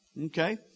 Okay